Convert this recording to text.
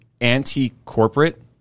anti-corporate